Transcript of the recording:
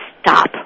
stop